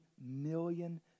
million